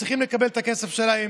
הם צריכים לקבל את הכסף שלהם.